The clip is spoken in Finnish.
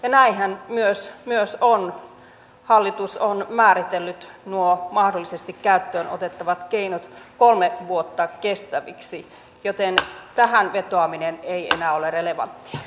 ja näinhän hallitus on määritellyt nuo mahdollisesti käyttöön otettavat keinot kolme vuotta kestäviksi joten tähän vetoaminen ei enää ole relevanttia